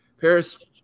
Paris